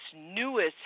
newest